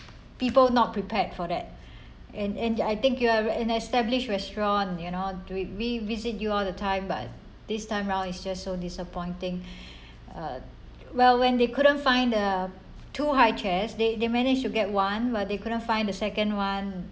people not prepared for that and and I think you are an established restaurant you know do we we visit you all the time but this time round is just so disappointing uh well when they couldn't find the two high chairs they they manage to get one but they couldn't find the second one